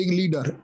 leader